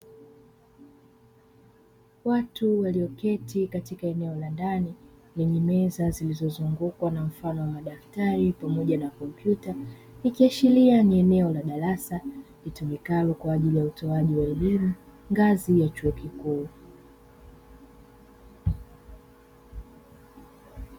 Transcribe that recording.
Watu walioketi katika eneo la ndani; lenye meza zilizozungukwa na mfano wa madaftari pamoja na kompyuta, ikiashiria ni eneo la darasa litumikalo kwa ajili ya utoaji wa elimu ngazi ya chuo kikuu.